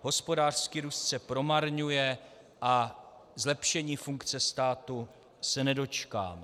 Hospodářský růst se promarňuje a zlepšení funkce státu se nedočkáme.